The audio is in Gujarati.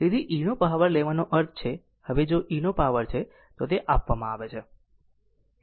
તેથી e નો પાવર લેવાનો અર્થ છે હવે જો e નો પાવર છે તો તે આપવામાં આવે છે